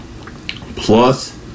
plus